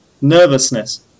nervousness